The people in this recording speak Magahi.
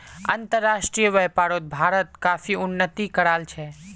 अंतर्राष्ट्रीय व्यापारोत भारत काफी उन्नति कराल छे